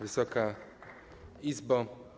Wysoka Izbo!